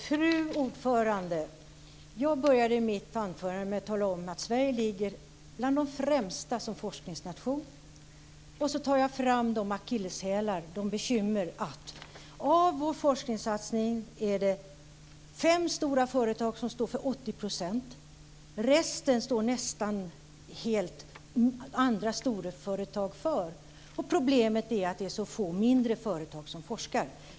Fru talman! Jag började mitt anförande med att tala om att Sverige ligger bland de främsta som forskningsnation. Sedan tog jag fram akilleshälarna, bekymren. Av vår forskningssatsning är det fem stora företag som står för 80 %. Resten står andra storföretag nästan helt för. Problemet är att det är så få mindre företag som forskar.